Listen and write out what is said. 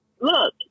look